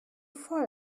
voll